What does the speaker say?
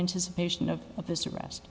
anticipation of this arrest